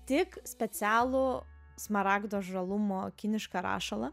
tik specialų smaragdo žalumo kinišką rašalą